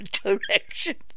direction